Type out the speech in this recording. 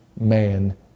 man